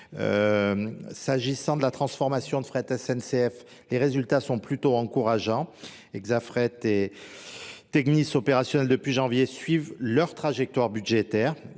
S'agissant de la transformation de fret SNCF, les résultats sont plutôt encourageants. Exafret et Technis Opérationnel depuis janvier suivent leur trajectoire budgétaire.